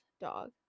dog